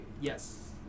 Yes